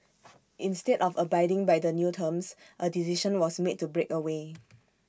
instead of abiding by the new terms A decision was made to break away